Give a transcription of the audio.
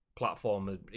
Platform